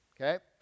Okay